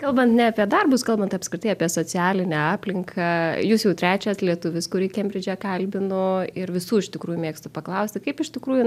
kalbant ne apie darbus kalbant apskritai apie socialinę aplinką jūs jau trečias lietuvis kurį kembridže kalbinu ir visų iš tikrųjų mėgstu paklausti kaip iš tikrųjų